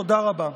תודה רבה.